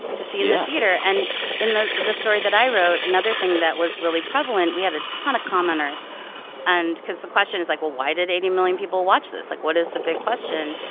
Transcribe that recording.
to see in the theater. and in the the story that i wrote, another thing that was really prevalent we had a ton of commenters and because the question is like, well, why did eighty million people watch this? like, what is the big question?